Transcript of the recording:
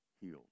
healed